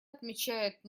отмечает